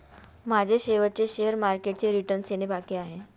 माझे शेवटचे शेअर मार्केटचे रिटर्न येणे बाकी आहे